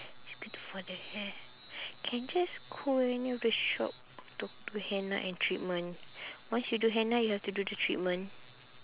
it's good for the hair can just call any of the shop to do henna and treatment once you do henna you have to do the treatment